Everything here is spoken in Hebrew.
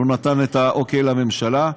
הוא נתן את האוקיי לממשלה.